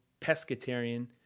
pescatarian